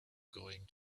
going